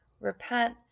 repent